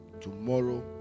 tomorrow